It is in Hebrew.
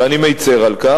ואני מצר על כך,